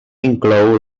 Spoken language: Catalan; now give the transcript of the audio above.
inclou